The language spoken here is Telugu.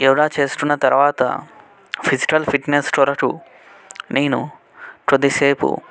యోగా చేసుకున్న తర్వాత ఫిజికల్ ఫిట్నెస్ కొరకు నేను కొద్దిసేపు